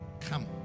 come